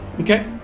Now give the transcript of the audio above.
Okay